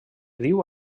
diu